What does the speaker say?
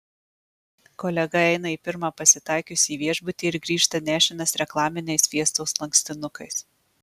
kolega eina į pirmą pasitaikiusį viešbutį ir grįžta nešinas reklaminiais fiestos lankstinukais